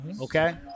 Okay